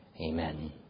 Amen